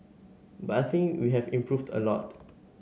but I think we have improved a lot